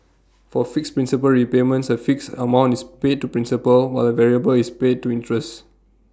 for fixed principal repayments A fixed amount is paid to principal while A variable is paid to interest